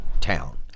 town